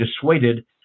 dissuaded